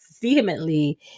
vehemently